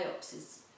biopsies